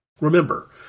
Remember